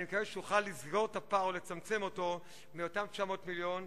אני מקווה שנוכל לסגור את הפער ולצמצם אותו מאותם 900 מיליון,